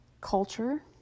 culture